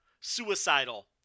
suicidal